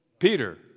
Peter